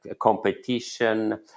competition